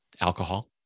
alcohol